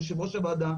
יושב ראש הוועדה,